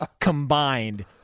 combined